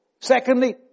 Secondly